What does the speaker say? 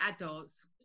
adults